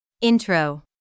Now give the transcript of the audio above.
Intro